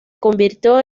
convirtió